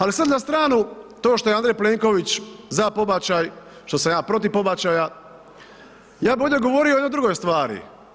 Ali sad na stranu to što je Andrej Plenković za pobačaj, što sam ja protiv pobačaja ja bih ovdje govorio o jednoj drugoj stvari.